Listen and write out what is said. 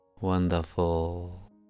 Wonderful